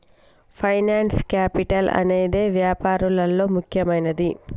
finance capital అనేదే వ్యాపారాల్లో ముఖ్యమైనది